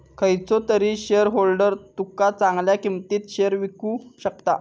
खयचो तरी शेयरहोल्डर तुका चांगल्या किंमतीत शेयर विकु शकता